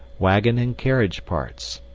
wagon and carriage parts